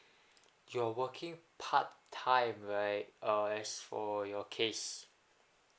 you're working part time right uh as for your case